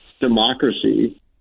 democracy